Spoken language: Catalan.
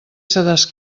sedàs